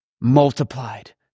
multiplied